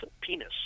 penis